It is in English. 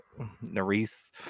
narice